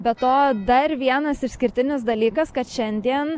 be to dar vienas išskirtinis dalykas kad šiandien